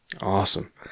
Awesome